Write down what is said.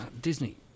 disney